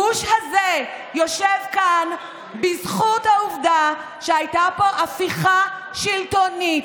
הגוש הזה יושב כאן בזכות העובדה שהייתה פה הפיכה שלטונית.